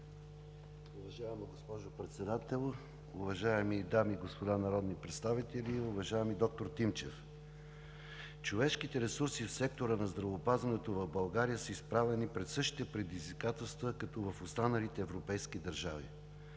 Уважаема госпожо Председател, уважаеми дами и господа народни представители! Уважаеми доктор Тимчев, човешките ресурси в сектора на здравеопазването в България са изправени пред същите предизвикателства като останалите европейски държави